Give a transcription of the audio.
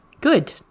good